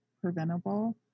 preventable